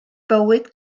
bywyd